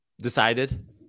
decided